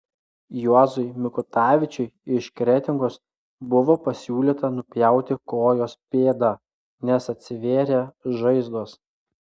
juozui mikutavičiui iš kretingos buvo pasiūlyta nupjauti kojos pėdą nes atsivėrė žaizdos